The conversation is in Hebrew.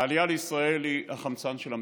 העלייה לישראל היא החמצן של המדינה.